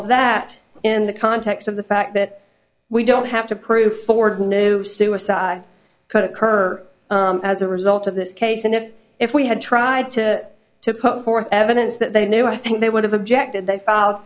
of that in the context of the fact that we don't have to proof or who knew suicide could occur as a result of this case and if if we had tried to to put forth evidence that they knew i think they would have objected they filed